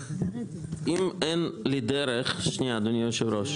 אם אין לי דרך שנייה, אדוני היושב-ראש.